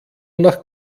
nach